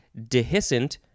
dehiscent